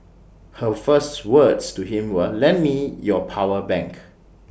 her first words to him were lend me your power bank